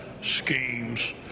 schemes